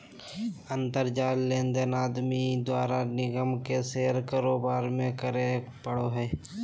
अंतर जाल लेनदेन आदमी द्वारा निगम के शेयर कारोबार में करे पड़ो हइ